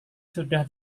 sudah